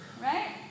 right